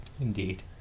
Indeed